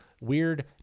weird